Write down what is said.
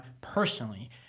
personally